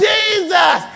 Jesus